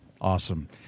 Awesome